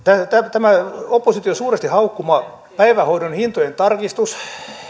tätä opposition suuresti haukkumaa päivähoidon hintojen tarkistusta